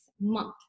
month